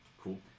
Cool